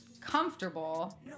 comfortable